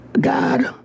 God